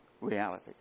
reality